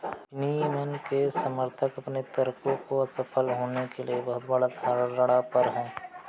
विनियमन के समर्थक अपने तर्कों को असफल होने के लिए बहुत बड़ा धारणा पर हैं